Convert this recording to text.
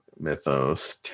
mythos